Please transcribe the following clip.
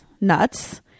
nuts